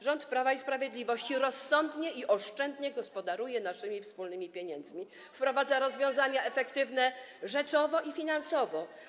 Rząd Prawa i Sprawiedliwości rozsądnie i oszczędnie gospodaruje naszymi wspólnymi pieniędzmi, wprowadza rozwiązania efektywne rzeczowo i finansowo.